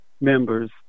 members